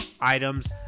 items